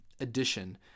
addition